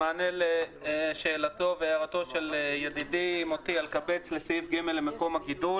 במענה לשאלתו ולהערתו של ידידי מוטי אלקבץ לסעיף (ג) למקום הגידול